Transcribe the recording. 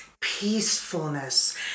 peacefulness